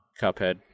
Cuphead